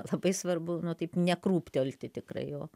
labai svarbu nu taip nekrūptelti tikrai o